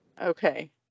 Okay